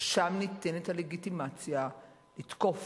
ושם ניתנת הלגיטימציה לתקוף,